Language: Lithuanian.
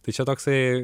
tai čia toksai